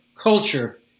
culture